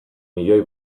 miloi